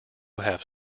have